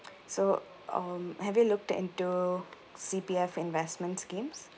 so um have you looked into C_P_F investment schemes